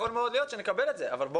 יכול מאוד להיות שנקבל את זה אבל בוא